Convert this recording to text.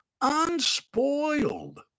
unspoiled